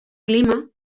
clima